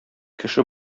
кеше